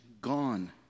gone